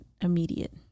immediate